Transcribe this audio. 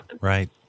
Right